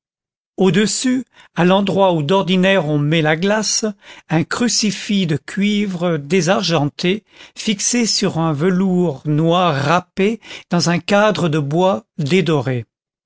au-dessus à l'endroit où d'ordinaire on met la glace un crucifix de cuivre désargenté fixé sur un velours noir râpé dans un cadre de bois dédoré